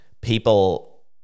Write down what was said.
people